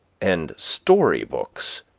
and story-books,